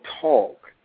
talk